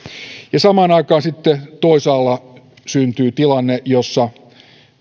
ja samaan aikaan sitten toisaalla syntyy tilanne jossa